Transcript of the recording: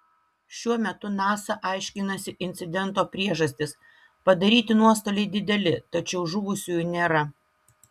šiuo metu nasa aiškinasi incidento priežastis padaryti nuostoliai dideli tačiau žuvusiųjų nėra